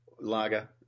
lager